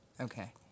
Okay